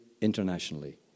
internationally